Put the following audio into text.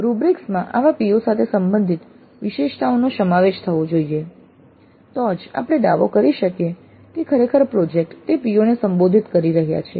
rubrics માં આવા PO સાથે સંબંધિત વિશેષતાઓનો સમાવેશ થવો જોઈએ તો જ આપણે દાવો કરી શકીએ કે ખરેખર પ્રોજેક્ટ તે PO ને સંબોધિત કરી રહ્યા છે